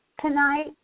Tonight